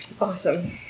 awesome